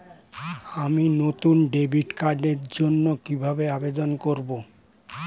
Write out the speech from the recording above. আমি নতুন ডেবিট কার্ডের জন্য কিভাবে আবেদন করব?